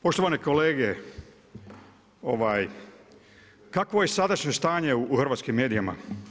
Poštovane kolege, kakvo je sadašnje stanje u hrvatskim medijima?